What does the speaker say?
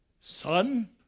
son